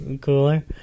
Cooler